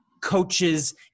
coaches